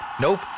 Nope